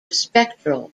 spectral